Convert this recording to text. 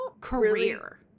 career